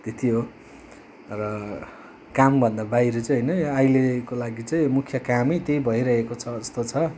त्यति हो र कामभन्दा बाहिरी चाहिँ होइन अहिलेको लागि चाहिँ मुख्य कामै त्यही भइरहेको छ जस्तो छ